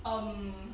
um